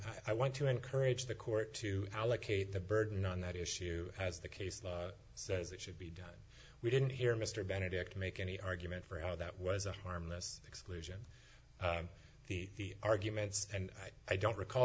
i want to encourage the court to allocate the burden on that issue as the case law says it should be done we didn't hear mr benedict make any argument for how that was a harmless exclusion the arguments and i don't recall